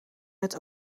met